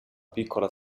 piccola